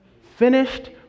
finished